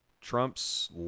Trump's